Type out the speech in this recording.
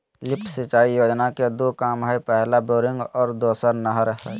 lift सिंचाई योजना के दू काम हइ पहला बोरिंग और दोसर नहर हइ